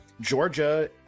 Georgia